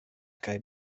kaj